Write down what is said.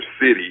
city